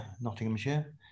Nottinghamshire